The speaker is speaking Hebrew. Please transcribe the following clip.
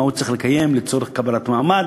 מה הוא צריך לקיים לצורך קבלת מעמד.